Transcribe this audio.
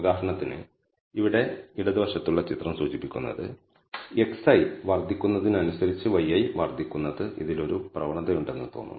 ഉദാഹരണത്തിന് ഇവിടെ ഇടതുവശത്തുള്ള ചിത്രം സൂചിപ്പിക്കുന്നത് xi വർദ്ധിക്കുന്നതിനനുസരിച്ച് yi വർദ്ധിക്കുന്നത് ഇതിൽ ഒരു പ്രവണതയുണ്ടെന്ന് തോന്നുന്നു